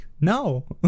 no